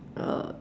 uh